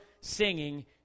singing